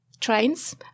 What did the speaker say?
trains